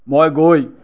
মই গৈ